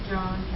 John